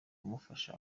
kumufasha